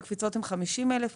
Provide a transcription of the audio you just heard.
כשהקפיצות הן של 50,000 שקל,